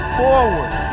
forward